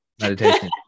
Meditation